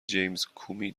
جیمزکومی